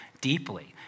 deeply